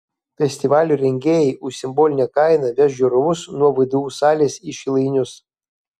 festivalio rengėjai už simbolinę kainą veš žiūrovus nuo vdu salės į šilainius